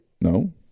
No